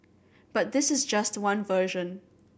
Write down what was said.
but this is just one version